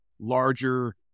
larger